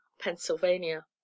Pennsylvania